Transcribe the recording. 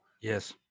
Yes